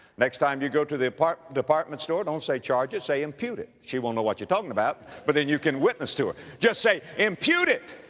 next time you go to the apart, department store don't say, charge it, say, impute it. she won't know what you're talking about, but then you can witness to her. just say, impute it!